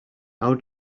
how